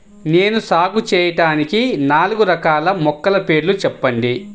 నేను సాగు చేయటానికి నాలుగు రకాల మొలకల పేర్లు చెప్పండి?